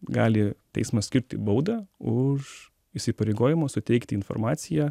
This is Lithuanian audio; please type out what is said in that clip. gali teismas skirti baudą už įsipareigojimo suteikti informaciją